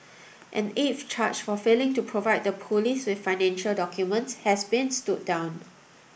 an eighth charge for failing to provide the police with financial documents has been stood down